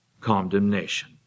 condemnation